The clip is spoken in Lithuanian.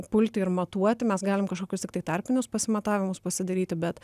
pulti ir matuoti mes galim kažkokius tiktai tarpinius pasi matavimus pasidaryti bet